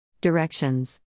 Directions